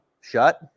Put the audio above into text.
shut